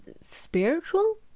Spiritual